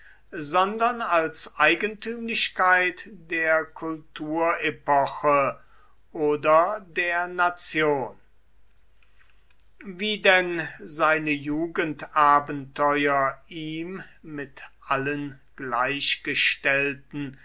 sondern als eigentümlichkeit der kulturepoche oder der nation wie denn seine jugendabenteuer ihm mit allen